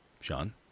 sean